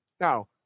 Now